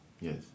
Yes